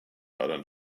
adern